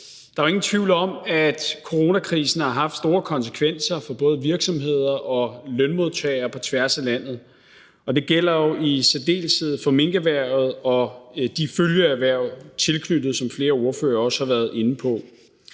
Der er jo ingen tvivl om, at coronakrisen har haft store konsekvenser for både virksomheder og lønmodtagere på tværs af landet, og det gælder jo i særdeleshed for minkerhvervet og de følgeerhverv, der er tilknyttet, som flere ordførere også har været inde på.